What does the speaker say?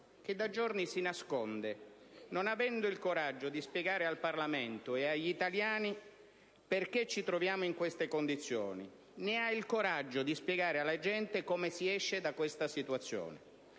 che da giorni si nasconde, non avendo il coraggio di spiegare al Parlamento e agli italiani perché ci troviamo in queste condizioni o di spiegare alla gente come si esce da questa situazione.